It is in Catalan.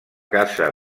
casa